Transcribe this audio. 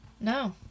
No